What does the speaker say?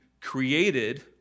created